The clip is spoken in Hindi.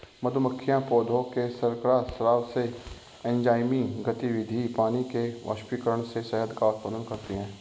मधुमक्खियां पौधों के शर्करा स्राव से, एंजाइमी गतिविधि, पानी के वाष्पीकरण से शहद का उत्पादन करती हैं